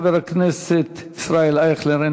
חבר הכנסת ישראל אייכלר,